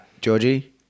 Georgie